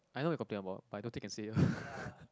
I know what you complain about but I don't think can say ah